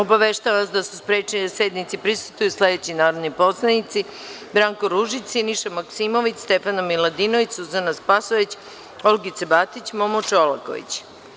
Obaveštavam vas da su sprečeni da sednici prisustvuju sledeći narodni poslanici: Branko Ružić, Siniša Maksimović, Stefana Miladinović, Suzana Spasojević, Olgica Batić, Momo Čolaković.